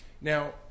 Now